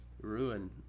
Ruin